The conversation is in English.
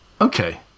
Okay